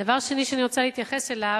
דבר שני שאני רוצה להתייחס אליו,